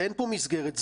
אין פה מסגרת זמן,